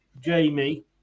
Jamie